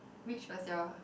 which was your